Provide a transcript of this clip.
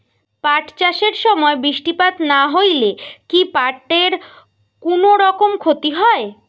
পাট চাষ এর সময় বৃষ্টিপাত না হইলে কি পাট এর কুনোরকম ক্ষতি হয়?